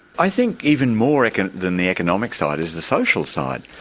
i think even more like and than the economic side is the social side.